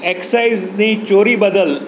એક્સાઈઝની ચોરી બદલ